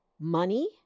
Money